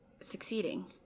succeeding